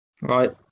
right